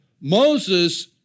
Moses